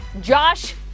Josh